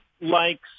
likes